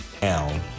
down